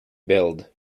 build